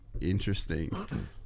interesting